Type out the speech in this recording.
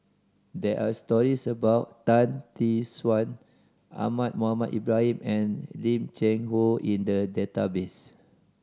there are stories about Tan Tee Suan Ahmad Mohamed Ibrahim and Lim Cheng Hoe in the database